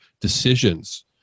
decisions